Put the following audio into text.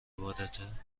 عبادته